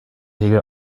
regel